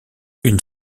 une